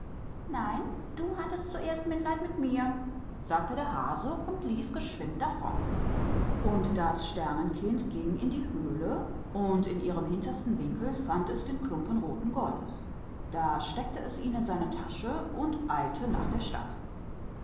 aber du hattest zuerst mit mir erbarmen sagte der hase und er lief eilig fort und das sternenkind ging in die höhle und im entferntesten winkel fand es das stück roten goldes und es steckte es in seinen beutel und eilte zur stadt